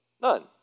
None